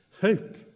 hope